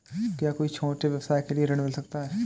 क्या कोई छोटे व्यवसाय के लिए ऋण मिल सकता है?